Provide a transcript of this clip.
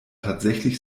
tatsächlich